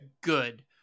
good